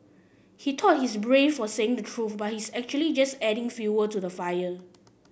he thought he's brave for saying the truth but he's actually just adding fuel to the fire